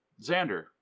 Xander